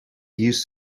used